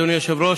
אדוני היושב-ראש.